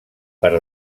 per